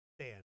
stand